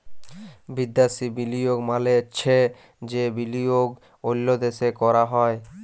বিদ্যাসি বিলিয়গ মালে চ্ছে যে বিলিয়গ অল্য দ্যাশে ক্যরা হ্যয়